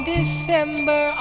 December